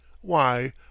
Why